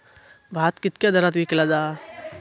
भात कित्क्या दरात विकला जा?